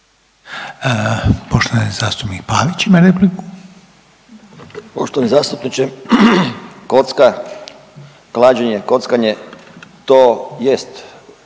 Poštovani zastupniče kocka, klađenje, kockanje to jest